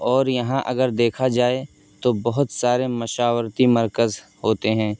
اور یہاں اگر دیکھا جائے تو بہت سارے مشاورتی مرکز ہوتے ہیں